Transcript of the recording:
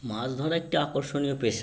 মাছ ধরা একটি আকর্ষণীয় পেশা